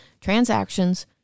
transactions